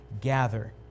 gather